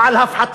או על הפחתה,